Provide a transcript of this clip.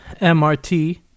MRT